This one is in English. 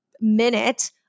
minute